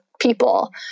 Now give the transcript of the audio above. people